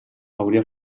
hauria